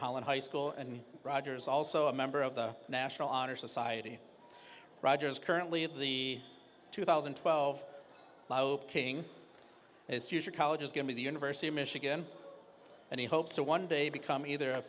holland high school and rogers also a member of the national honor society rodgers currently at the two thousand and twelve king his future college is going to the university of michigan and he hopes to one day become either